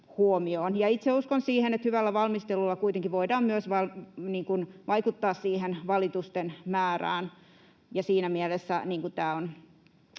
Itse uskon siihen, että hyvällä valmistelulla kuitenkin voidaan myös vaikuttaa siihen valitusten määrään, ja siinä mielessä tämä on